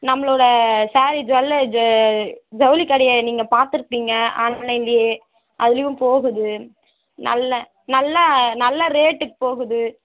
நம்மளோடய சேரீ ஜுவெல் இது ஜவுளி கடையை நீங்கள் பார்த்துருப்பீங்க ஆன்லைன்லேயே அதுலேயும் போகுது நல்ல நல்ல நல்ல ரேட்டுக்கு போகுது